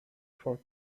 for